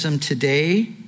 today